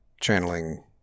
channeling